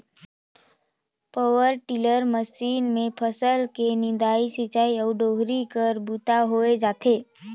power tiller machine मे फसल के निंदई, सिंचई अउ डोहरी कर बूता होए जाथे